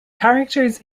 characters